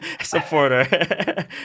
supporter